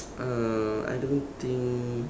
uh I don't think